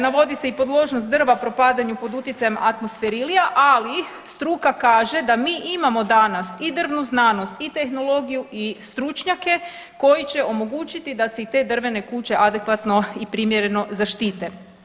Navodi se i podložnost drva propadanju pod utjecajem atmosferilija, ali struka kaže da mi imamo danas i drvnu znanost i tehnologiju i stručnjake koji će omogućiti da se i te drvene kuće adekvatno i primjereno zaštite.